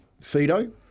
Fido